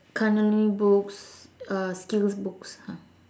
culinary books uh skills books lah